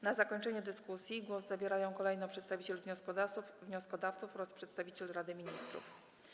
Na zakończenie dyskusji głos zabierają kolejno przedstawiciel wnioskodawców oraz przedstawiciel Rady Ministrów.